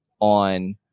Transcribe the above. on